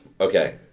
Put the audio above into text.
Okay